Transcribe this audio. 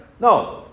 No